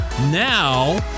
Now